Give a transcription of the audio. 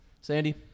Sandy